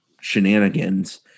shenanigans